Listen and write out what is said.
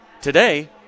Today